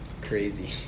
Crazy